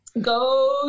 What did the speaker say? go